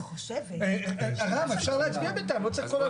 אפשר להצביע בינתיים.